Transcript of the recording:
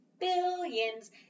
billions